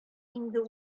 инде